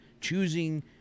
choosing